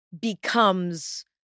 becomes